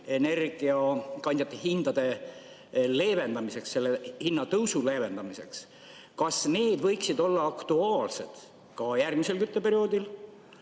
energiakandjate hindade leevendamiseks, selle hinnatõusu leevendamiseks, võiksid olla aktuaalsed ka järgmisel kütteperioodil,